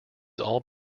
all